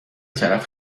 طرف